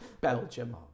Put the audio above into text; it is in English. Belgium